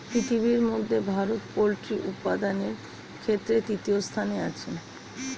পৃথিবীর মধ্যে ভারত পোল্ট্রি উপাদানের ক্ষেত্রে তৃতীয় স্থানে আছে